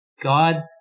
God